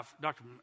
Dr